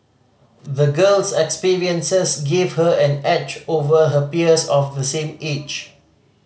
the girl's experiences gave her an edge over her peers of the same age